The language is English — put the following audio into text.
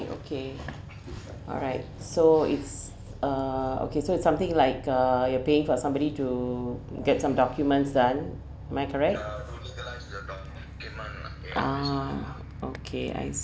okay alright so it's uh okay so it's something like uh you are paying for somebody to get some documents done am I correct ah okay I